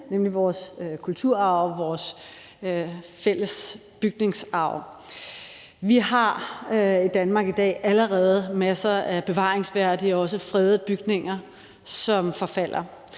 nemlig vores kulturarv, vores fælles bygningsarv. Vi har i Danmark i dag allerede masser af bevaringsværdige og også fredede bygninger, som forfalder.